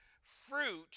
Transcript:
fruit